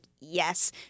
yes